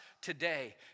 today